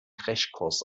crashkurs